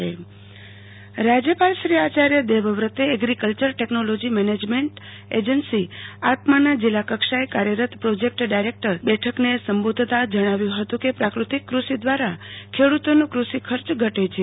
આરતી ભટ આચાય દેવવ્રત રાજયપાલ શ્રી આચર્ય દેવવ્રતે એગ્રીકલ્ચર ટેકનોલોજી મેનેજમેન્ટ એજન્સો આત્માના જીલ્લા કક્ષાએ કાર્યરત પોજકટ ડાયરેકટરશ્રી બેઠકને સંબોધતા જણાવ્યું હતું કે પાકતિક કૃષિ દવારા ખેડતોનો કષિ ખચ ઘટ છે